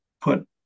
put